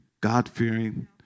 god-fearing